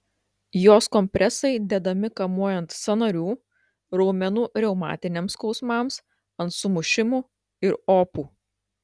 jos kompresai dedami kamuojant sąnarių raumenų reumatiniams skausmams ant sumušimų ir opų